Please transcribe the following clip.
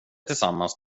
tillsammans